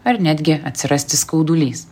ar netgi atsirasti skaudulys